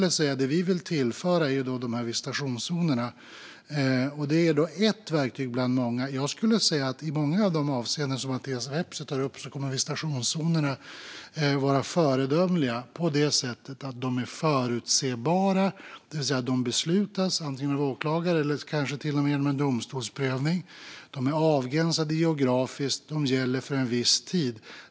Det vi vill tillföra är visitationszonerna. Det är ett verktyg bland många. I många av de avseenden som Mattias Vepsä tar upp kommer visitationszonerna att vara föredömliga på det sättet att de är förutsebara. De beslutas antingen av åklagare eller kanske till och med genom en domstolsprövning. De är avgränsade geografiskt och gäller för en viss tid.